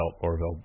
Orville